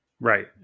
right